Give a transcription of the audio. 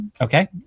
Okay